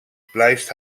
blijft